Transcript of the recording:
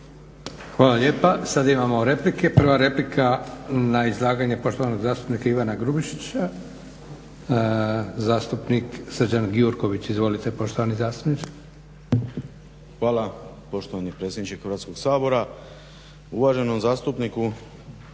Hvala lijepa. Sad imamo replike. Prva replika na izlaganje poštovanog zastupnika Ivana Grubišića, zastupnik Srđan Gjurković. Izvolite poštovani zastupniče. **Gjurković, Srđan (HNS)** Hvala poštovani predsjedniče Hrvatskog sabora. Uvaženom zastupniku